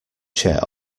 chair